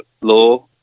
law